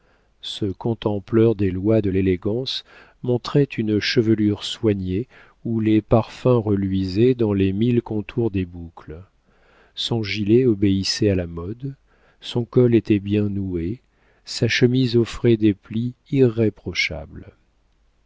ce contempteur des lois de l'élégance montrait une chevelure soignée où les parfums reluisaient dans les mille contours des boucles son gilet obéissait à la mode son col était bien noué sa chemise offrait des plis irréprochables